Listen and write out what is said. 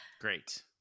Great